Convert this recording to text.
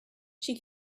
she